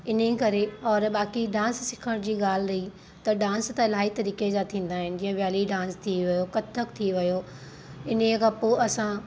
इन ई करे और बाक़ी डांस सिखण जी ॻाल्हि रही त डांस त इलाही तरीक़े जा थींदा आहिनि जीअं बैली डांस थी वियो कथक थी वियो इन ई खां पोइ असां